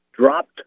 dropped